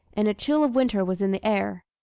and a chill of winter was in the air.